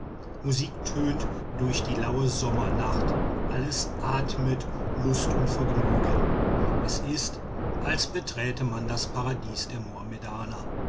tönt durch die laue sommernacht alles atmet lust und vergnügen es ist als beträte man das paradies der mohammedaner